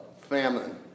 famine